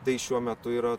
tai šiuo metu yra